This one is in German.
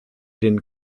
den